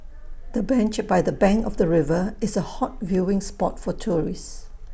the bench by the bank of the river is A hot viewing spot for tourists